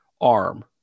arm